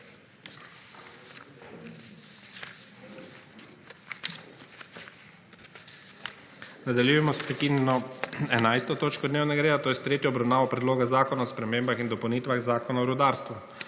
Nadaljujemo s prekinjeno 11. točko dnevnega reda to je s tretjo obravnavo Predloga zakona o spremembah in dopolnitvah Zakona o rudarstvu